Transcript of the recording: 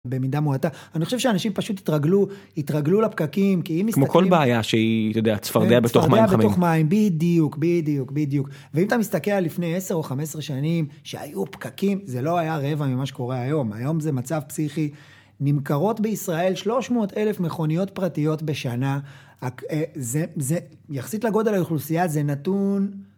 במידה מועטה אני חושב שאנשים פשוט התרגלו התרגלו לפקקים כי אם מסתכלים, כמו כל בעיה שהיא אתה יודע צפרדע בתוך מים, צפרדע בתוך מים, בדיוק בדיוק בדיוק ואם אתה מסתכל לפני 10 או 15 שנים שהיו פקקים זה לא היה רבע ממה שקורה היום היום זה מצב פסיכי. נמכרות בישראל 300 אלף מכוניות פרטיות בשנה זה זה יחסית לגודל האוכלוסייה זה נתון...